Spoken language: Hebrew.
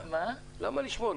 למה לשמור?